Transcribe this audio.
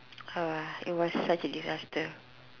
uh it was such a disaster